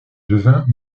devin